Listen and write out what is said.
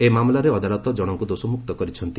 ଏହି ମାମଲାରେ ଅଦାଲତ ଜଣଙ୍କୁ ଦୋଷମୁକ୍ତ କରିଛନ୍ତି